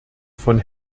von